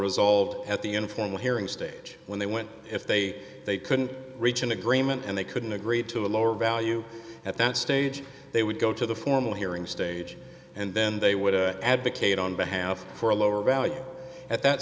t at the informal hearing stage when they went if they they couldn't reach an agreement and they couldn't agree to a lower value at that stage they would go to the formal hearing stage and then they would advocate on behalf for a lower value at that